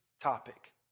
topic